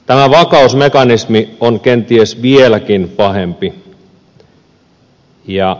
tämä vakausmekanismi on kenties vieläkin pahempi